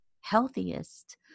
healthiest